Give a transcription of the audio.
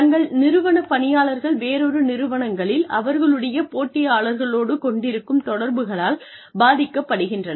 தங்கள் நிறுவன பணியாளர்கள் வேறொரு நிறுவனங்களில் அவர்களுடைய போட்டியாளர்களோடு கொண்டிருக்கும் தொடர்புகளால் பாதிக்கப்படுகின்றன